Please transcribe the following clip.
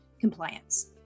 compliance